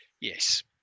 Yes